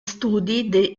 studi